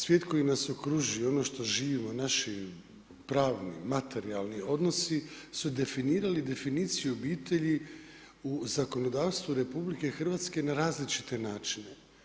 Svijet koji nas okružuje, ono što živimo, naši pravni, materijalni odnosi su definirali definiciju obitelji u zakonodavstvu RH na različite načina.